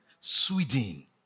Sweden